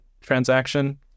transaction